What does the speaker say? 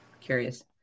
curious